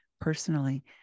personally